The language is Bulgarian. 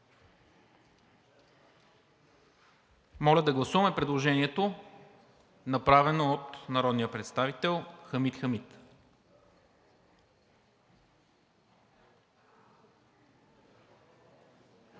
МИНЧЕВ: Гласуваме предложението, направено от народния представител Хамид Хамид.